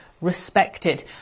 respected